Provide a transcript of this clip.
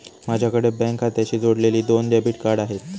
माझ्याकडे बँक खात्याशी जोडलेली दोन डेबिट कार्ड आहेत